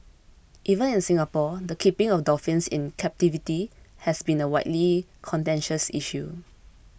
even in Singapore the keeping of dolphins in captivity has been a widely contentious issue